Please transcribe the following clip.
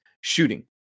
shooting